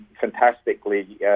fantastically